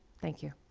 thank you.